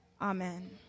Amen